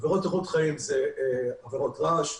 עבירות איכות חיים זה עבירות רעש,